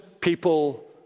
people